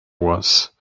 was